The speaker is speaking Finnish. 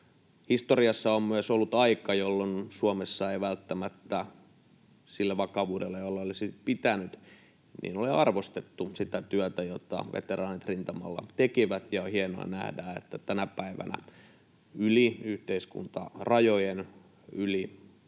historiassa on myös ollut aika, jolloin Suomessa ei välttämättä sillä vakavuudella, jolla olisi pitänyt, ole arvostettu sitä työtä, jota veteraanit rintamalla tekivät. On hienoa nähdä, että tänä päivänä yli yhteiskuntarajojen, yli